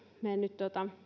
mennyt